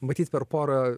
matyt per porą